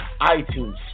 iTunes